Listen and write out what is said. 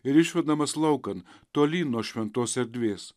ir išvedamas laukan tolyn nuo šventos erdvės